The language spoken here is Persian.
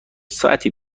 ساعتی